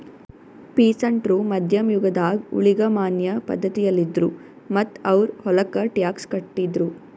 peasant ರು ಮಧ್ಯಮ್ ಯುಗದಾಗ್ ಊಳಿಗಮಾನ್ಯ ಪಧ್ಧತಿಯಲ್ಲಿದ್ರು ಮತ್ತ್ ಅವ್ರ್ ಹೊಲಕ್ಕ ಟ್ಯಾಕ್ಸ್ ಕಟ್ಟಿದ್ರು